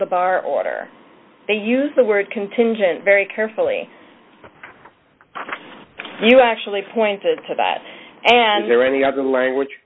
the bar order they use the word contingent very carefully you actually pointed to that and there are any other language